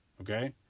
Okay